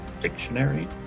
dictionary